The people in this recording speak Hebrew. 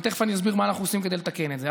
ותכף אני אסביר מה אנחנו עושים כדי לתקן את זה.